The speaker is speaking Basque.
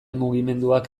mugimenduak